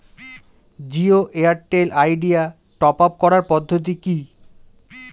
Jio Airtel Idea top up করার পদ্ধতি কি?